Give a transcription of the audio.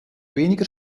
weniger